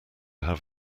have